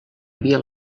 havia